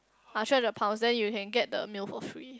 ah three hundred pounds then you can get the meal for free